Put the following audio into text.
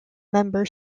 member